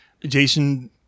Jason